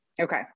Okay